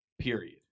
Period